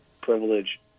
privilege